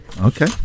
Okay